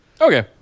Okay